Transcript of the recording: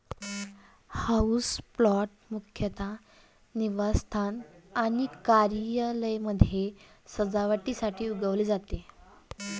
houseplant मुख्यतः निवासस्थान आणि कार्यालयांमध्ये सजावटीसाठी उगवले जाते